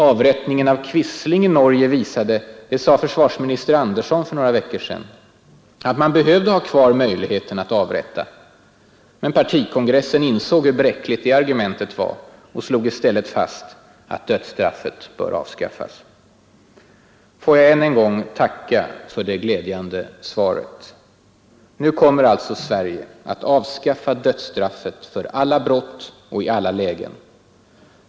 Avrättningen av Quisling i Norge visade, sade försvarsminister Andersson för några veckor sedan, att man behövde ha kvar möjligheten att avrätta. Men partikongressen insåg hur bräckligt det argumentet var och slog i stället fast att dödsstraffet bör avskaffas. Får jag än en gång tacka för det glädjande svaret. Nu kommer alltså Sverige att avskaffa dödsstraffet för alla brott och i alla lägen.